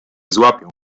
złapią